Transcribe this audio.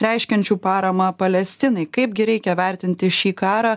reiškiančių paramą palestinai kaipgi reikia vertinti šį karą